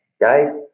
guys